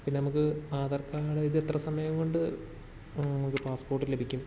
പിന്നെ നമുക്ക് ആധാർ കാർഡ് ഇത് എത്ര സമയം കൊണ്ട് ഇത് പാസ്പോർട്ട് ലഭിക്കും